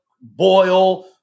boil